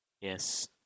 Yes